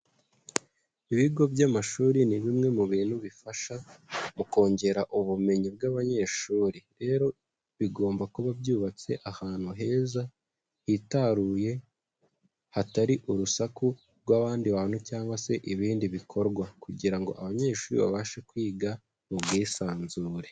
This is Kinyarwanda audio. Ibigo by'amashuri ni bimwe mu bintu bifasha mu kongera ubumenyi bw'abanyeshuri, rero bigomba kuba byubatse ahantu heza hitaruye hatari urusaku rw'abandi bantu cyangwa se ibindi bikorwa kugira ngo abanyeshuri babashe kwiga mu bwisanzure.